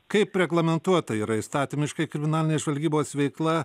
kaip reglamentuota yra įstatymiškai kriminalinės žvalgybos veikla